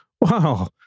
Wow